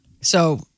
So-